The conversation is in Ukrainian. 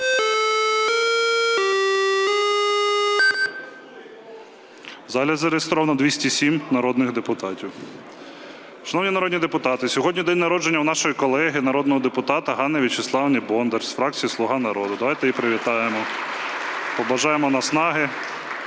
залі зареєстровано 207 народних депутатів. Шановні народні депутати, сьогодні день народження у нашої колеги народного депутата Ганни Вячеславівни Бондар із фракції "Слуга народу". Давайте її привітаємо, побажаємо наснаги